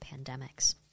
pandemics